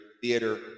Theater